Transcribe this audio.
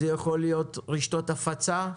זה יכול להיות רשתות הפצה,